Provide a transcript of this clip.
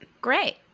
Great